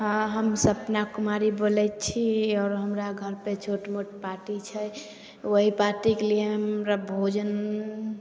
हाँ हम सपना कुमारी बोलैत छी आओर हमरा घरपर छोट मोट पार्टी छै वही पार्टीके लिए हमरा भोजन